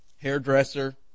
Hairdresser